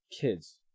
kids